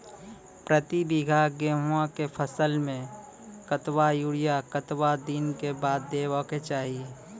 प्रति बीघा गेहूँमक फसल मे कतबा यूरिया कतवा दिनऽक बाद देवाक चाही?